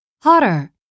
Hotter